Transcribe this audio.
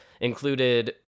included